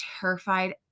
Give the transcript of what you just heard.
terrified